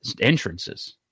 entrances